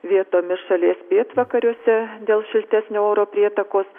vietomis šalies pietvakariuose dėl šiltesnio oro prietakos